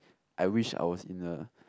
I wish I was in a